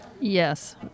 Yes